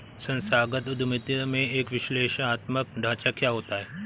संस्थागत उद्यमिता में एक विश्लेषणात्मक ढांचा क्या होता है?